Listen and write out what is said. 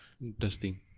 Interesting